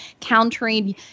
countering